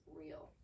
real